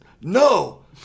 No